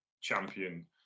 champion